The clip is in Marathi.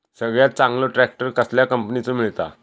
सगळ्यात चांगलो ट्रॅक्टर कसल्या कंपनीचो मिळता?